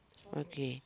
okay